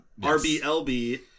RBLB